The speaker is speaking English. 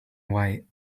white